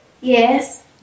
Yes